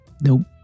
Nope